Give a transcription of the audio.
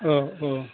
अह अह